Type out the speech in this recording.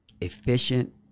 efficient